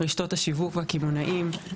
רשתות השיווק והקמעונאים,